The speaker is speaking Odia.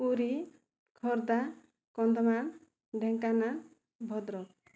ପୁରୀ ଖୋର୍ଦ୍ଧା କନ୍ଧମାଳ ଢେଙ୍କାନାଳ ଭଦ୍ରକ